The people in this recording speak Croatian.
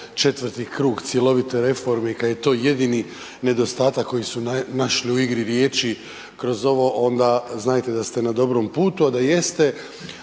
je ovo 4 krug cjelovite reforme i kad je to jedini nedostatak koji su našli u igri riječi kroz ovo, onda znajte da ste na dobrom putu, a da jeste